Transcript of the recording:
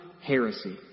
heresy